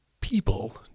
people